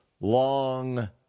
long